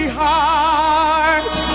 heart